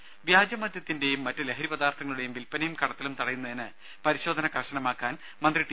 ടെട വ്യാജമദ്യത്തിന്റെയും മറ്റ് ലഹരി പദാർത്ഥങ്ങളുടെയും വിൽപനയും കടത്തലും തടയുന്നതിന് പരിശോധന കർശനമാക്കാൻ മന്ത്രി ടി